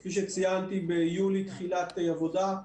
כפי שציינתי ביולי תחילת עבודה.